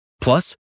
Plus